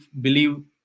believe